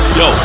yo